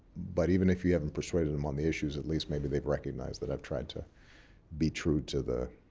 but even if you haven't persuaded them on the issues, at least maybe they've recognized that i've tried to be true to the.